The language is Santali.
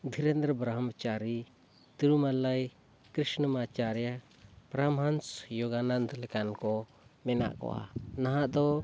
ᱫᱷᱤᱨᱮᱱᱫᱨᱚ ᱵᱨᱚᱢᱢᱚᱪᱟᱨᱤ ᱛᱤᱨᱩᱢᱟᱞᱞᱟᱭ ᱠᱨᱤᱥᱱᱚᱢᱟᱪᱟᱨᱤᱭᱟ ᱯᱨᱚᱢᱟᱱᱥᱡᱳᱜᱟᱱᱚᱱᱫᱽ ᱞᱮᱠᱟᱱ ᱠᱚ ᱢᱮᱱᱟᱜ ᱠᱚᱣᱟ ᱱᱟᱦᱟᱜ ᱫᱚ